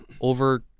over